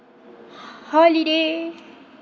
holiday